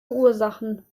ursachen